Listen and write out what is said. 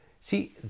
See